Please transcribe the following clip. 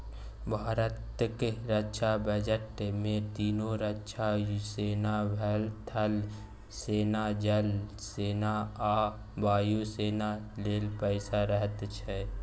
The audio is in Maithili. भारतक रक्षा बजट मे तीनों रक्षा सेना थल सेना, जल सेना आ वायु सेना लेल पैसा रहैत छै